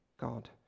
God